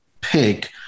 pick